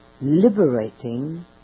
liberating